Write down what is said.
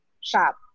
shop